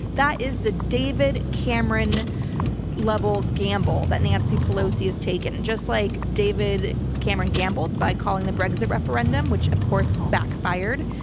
that is the david cameron level gamble that nancy pelosi has taken just like david cameron gambled by calling the brexit referendum, which of course backfired.